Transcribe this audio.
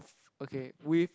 okay with